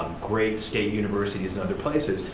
great state universities and other places,